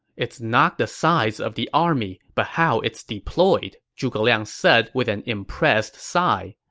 it's not the size of the army, but how it's deployed, zhuge liang said with an impressed sigh.